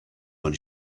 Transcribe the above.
when